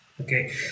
Okay